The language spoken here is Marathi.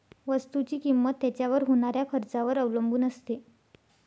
वस्तुची किंमत त्याच्यावर होणाऱ्या खर्चावर अवलंबून असते